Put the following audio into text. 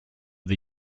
the